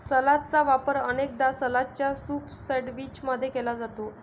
सलादचा वापर अनेकदा सलादच्या सूप सैंडविच मध्ये केला जाते